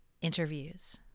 interviews